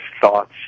thoughts